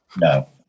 No